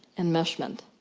enmeshment.